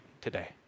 today